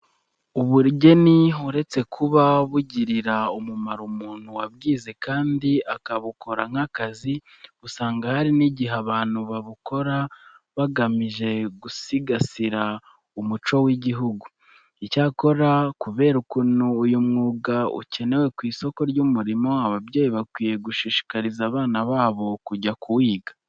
Ubugeni uretse kuba bugirira umumaro umuntu wabwize kandi akabukora nk'akazi, usanga hari n'igihe abantu babukora bagamize gusigasira umuco w'igihugu. Icyakora kubera ukuntu uyu mwuga ukenewe ku isoko ry'umurimo, ababyeyi bakwiye gushishikariza abana babo kujya kuwiga.